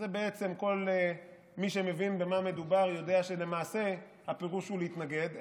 שבעצם כל מי שמבין במה מדובר יודע שלמעשה הפירוש הוא להתנגד,